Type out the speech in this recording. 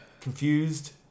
confused